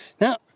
Now